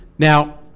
Now